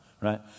Right